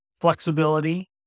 flexibility